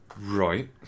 Right